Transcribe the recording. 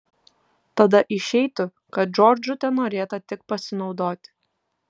tada išeitų kad džordžu tenorėta tik pasinaudoti